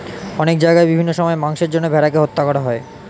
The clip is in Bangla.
অনেক জায়গায় বিভিন্ন সময়ে মাংসের জন্য ভেড়াকে হত্যা করা হয়